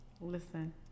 Listen